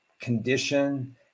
condition